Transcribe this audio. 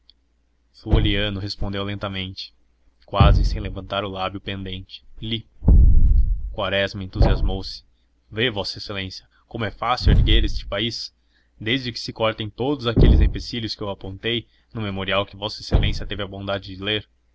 marechal floriano respondeu lentamente quase sem levantar o lábio pendente li quaresma entusiasmou se vê vossa excelência como é fácil erguer este país desde que se cortem todos aqueles empecilhos que eu apontei no memorial que vossa excelência teve a bondade de ler